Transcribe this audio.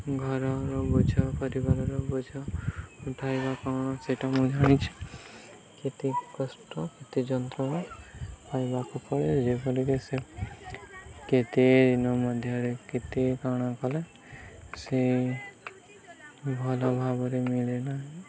ଘରର ବୋଝ ପରିବାରର ବୋଝ ଉଠାଇବା କ'ଣ ସେଟା ମୁଁ ଜାଣିଛି କେତେ କଷ୍ଟ କେତେ ଯନ୍ତ୍ରଣା ପାଇବାକୁ ପଡ଼େ ଯେପରିକି ସେ କେତେ ଦିନ ମଧ୍ୟରେ କେତେ କ'ଣ କଲେ ସେ ଭଲ ଭାବରେ ମିଳେ ନାହିଁ